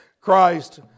Christ